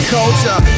culture